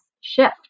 shift